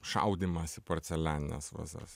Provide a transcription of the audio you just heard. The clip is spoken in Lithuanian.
šaudymas į porcelianines vazas